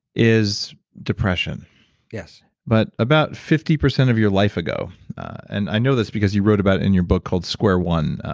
is depression yes but about fifty percent of your life ago and i know this because you wrote about in your book called square one,